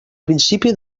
principi